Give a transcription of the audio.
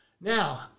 Now